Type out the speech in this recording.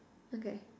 okay